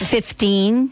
Fifteen